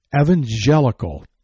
evangelical